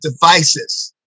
devices